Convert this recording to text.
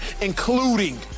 including